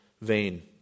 vain